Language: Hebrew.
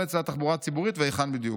אצלה התחבורה הציבורית והיכן בדיוק.